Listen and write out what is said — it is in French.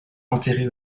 enterré